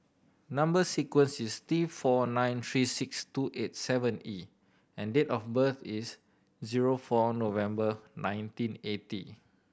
number sequence is T four nine three six two eight seven E and date of birth is zero four November nineteen eighty